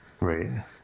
Right